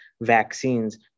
vaccines